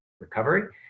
recovery